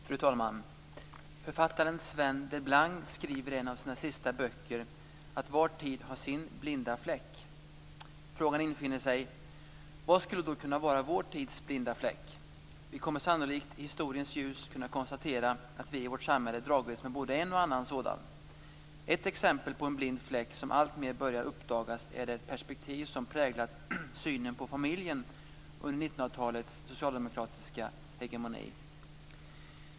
Fru talman! Författaren Sven Delblanc skriver i en av sina sista böcker att var tid har sin blinda fläck. Frågan infinner sig: Vad skulle då kunna vara vår tids blinda fläck? Vi kommer sannolikt i historiens ljus att kunna konstatera att vi i vårt samhälle har dragits med både en och annan sådan. Ett exempel på en blind fläck som alltmer börjar uppdagas är det perspektiv som präglat synen på familjen under 1900 talets socialdemokratiska hegemoni.